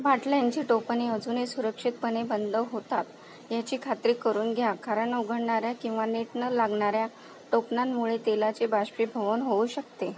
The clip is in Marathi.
बाटल्यांची टोपणे अजूनही सुरक्षितपणे बंद होतात याची खात्री करून घ्या कारण उघडणाऱ्या किंवा नीट न लागणाऱ्या टोपणांमुळे तेलाचे बाष्पीभवन होऊ शकते